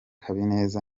habineza